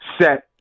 Set